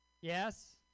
Yes